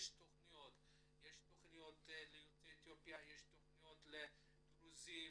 יש תוכניות ליוצאי אתיופיה, יש תוכניות לדרוזים,